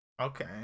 Okay